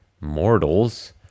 mortals